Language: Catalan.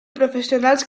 professionals